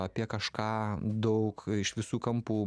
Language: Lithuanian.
apie kažką daug iš visų kampų